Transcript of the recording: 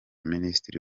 minisitiri